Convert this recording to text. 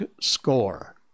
score